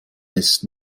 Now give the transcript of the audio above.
ist